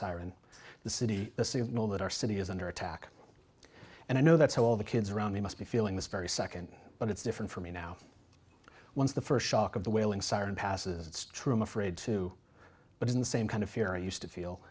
siren the city know that our city is under attack and i know that's how all the kids around me must be feeling this very second but it's different for me now once the first shock of the wailing siren passes it's true i'm afraid too but in the same kind of fear i used to feel